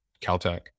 Caltech